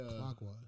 clockwise